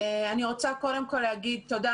אני רוצה קודם כל להגיד תודה.